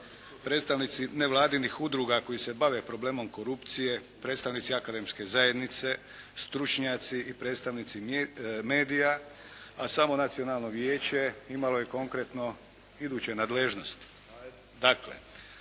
predstavnici nevladinih udruga koji se bave problemom korupcije, predstavnici akademske zajednice, stručnjaci i predstavnici medija a samo Nacionalno vijeće imalo je konkretno iduće nadležnosti.